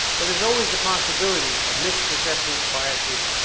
but there's always the possibility of misperceptions, biases,